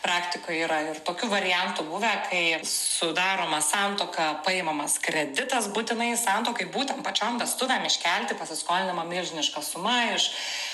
praktikoj yra ir tokių variantų buvę kai sudaroma santuoka paimamas kreditas būtinai santuokai būtent pačiom vestuvėm iškelti pasiskolinama milžiniška suma iš